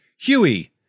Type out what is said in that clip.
Huey